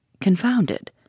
confounded